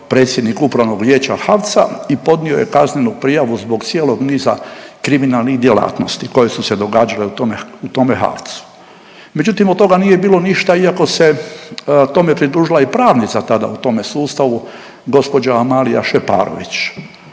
predsjednik Upravnog vijeća HAVC-a i podnio je kaznenu prijavu zbog cijelog niza kriminalnih djelatnosti koje su se događale u tome HAVC-u. Međutim, od toga nije bilo ništa iako se tome pridružila i pravnica tada u tome sustavu gospođa Marija Šeparović.